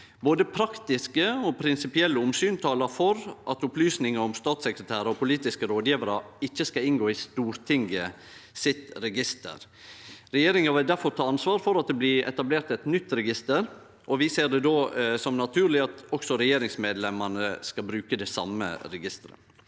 Både praktiske og prinsipielle omsyn talar for at opplysningar om statssekretærar og politiske rådgjevarar ikkje skal inngå i Stortinget sitt register. Regjeringa vil difor ta ansvar for at det blir etablert eit nytt register, og vi ser det då som naturleg at også regjeringsmedlemene skal bruke det same registeret.